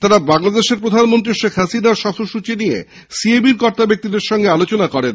তারা বাংলাদেশের প্রধানমন্ত্রী শেখ হাসিনার সফর সৃচী নিয়ে সিএবি র কর্তাদের সঙ্গে আলোচনা করেন